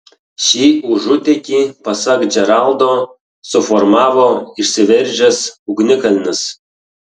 šį užutėkį pasak džeraldo suformavo išsiveržęs ugnikalnis